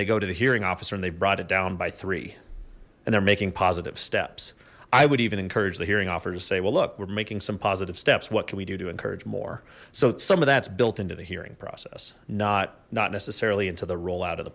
they go to the hearing officer and they brought it down by three and they're making positive steps i would even encourage the hearing officer to say well look we're making some positive steps what can we do to encourage more so some of that's built into the hearing process not not necessarily into the rollout of the